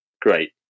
great